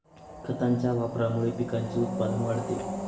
खतांच्या वापरामुळे पिकाचे उत्पादन वाढते